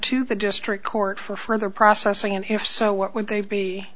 to the district court for further processing and if so what would they be